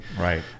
Right